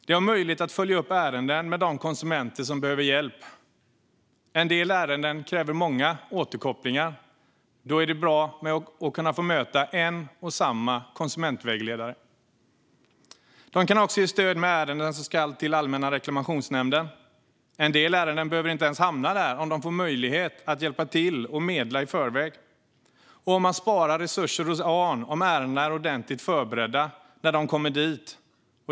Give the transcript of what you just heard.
De har möjlighet att följa upp ärenden med de konsumenter som behöver hjälp. En del ärenden kräver många återkopplingar. Då är det bra att kunna få möta en och samma konsumentvägledare. De kan även ge stöd i ärenden som ska till Allmänna reklamationsnämnden. En del ärenden behöver inte ens hamna där om konsumentvägledarna får möjlighet att hjälpa till att medla i förväg. Man sparar dessutom resurser hos ARN om ärendena är ordentligt förberedda när de kommer dit.